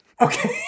Okay